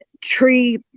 tree